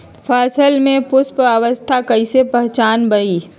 फसल में पुष्पन अवस्था कईसे पहचान बई?